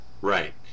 Right